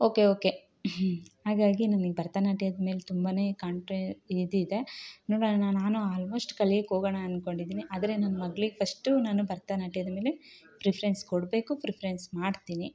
okay okay ಹಾಗಾಗಿ ನನಗೆ ಭರತನಾಟ್ಯದ ಮೇಲೆ ತುಂಬನೇ ಕಾಂಟ್ರಾ ಇದು ಇದೆ ನೋಡೋಣ ನಾನು ಆಲ್ ಮೋಸ್ಟ್ ಕಲಿಯೋಕ್ಕೆ ಹೋಗೋಣ ಅಂದ್ಕೊಂಡಿದ್ದೀನಿ ಆದರೆ ನನ್ನ ಮಗಳಿಗೆ ಫಸ್ಟು ನಾನು ಭರತನಾಟ್ಯದ ಮೇಲೆ ಪ್ರಿಫ್ರೆನ್ಸ್ ಕೊಡಬೇಕು ಪ್ರಿಫ್ರೆನ್ಸ್ ಮಾಡ್ತೀನಿ